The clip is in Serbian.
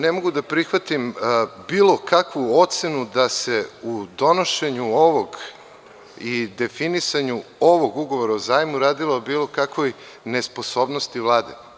Ne mogu da prihvatim bilo kakvu ocenu da se u donošenju ovog i definisanju ovog ugovora o zajmu radilo o bilo kakvoj nesposobnosti Vlade.